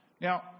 Now